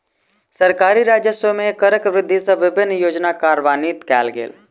सरकारी राजस्व मे करक वृद्धि सँ विभिन्न योजना कार्यान्वित कयल गेल